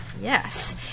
Yes